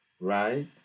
right